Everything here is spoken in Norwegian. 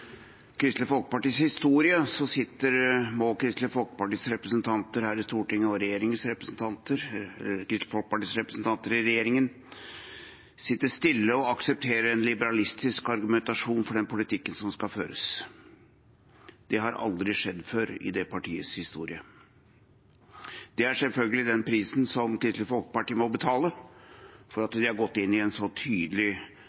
Kristelig Folkepartis historie sitter nå Kristelig Folkepartis representanter her i Stortinget og Kristelig Folkepartis representanter i regjeringen stille og aksepterer en liberalistisk argumentasjon for den politikken som skal føres. Det har aldri skjedd før i det partiets historie. Det er selvfølgelig den prisen Kristelig Folkeparti må betale for